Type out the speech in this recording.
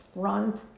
front